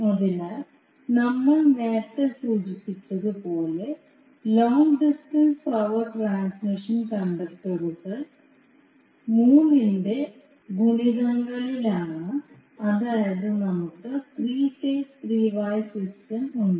അതിനാൽ നമ്മൾ നേരത്തെ സൂചിപ്പിച്ചതുപോലെ ലോംഗ് ഡിസ്റ്റൻസ് പവർ ട്രാൻസ്മിഷൻ കണ്ടക്ടറുകൾ മൂന്നിന്റെ ഗുണിതങ്ങളിലാണ് അതായത് നമുക്ക് three phase three wire system ഉണ്ട്